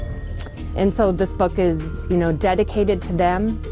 and so, this book is you know dedicated to them,